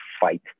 fight